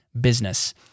business